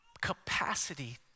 capacity